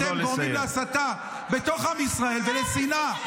אתם גורמים להסתה בתוך עם ישראל ולשנאה,